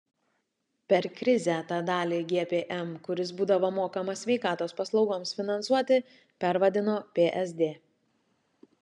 per krizę tą dalį gpm kuris būdavo mokamas sveikatos paslaugoms finansuoti pervadino psd